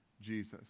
Jesus